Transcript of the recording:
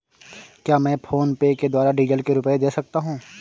क्या मैं फोनपे के द्वारा डीज़ल के रुपए दे सकता हूं?